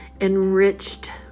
enriched